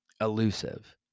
elusive